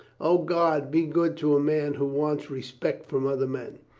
o, god be good to a man who wants respect from other men!